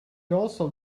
also